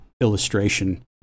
illustration